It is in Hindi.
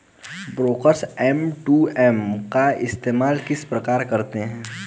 ब्रोकर्स एम.टू.एम का इस्तेमाल किस प्रकार से करते हैं?